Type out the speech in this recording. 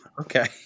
okay